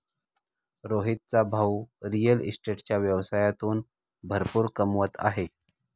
रोहितचा भाऊ रिअल इस्टेटच्या व्यवसायातून भरपूर कमवत आहे